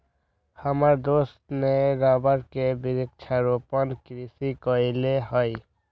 हमर दोस्त ने रबर के वृक्षारोपण कृषि कईले हई